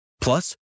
Plus